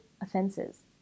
offenses